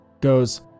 goes